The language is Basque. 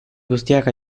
guztiak